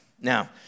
now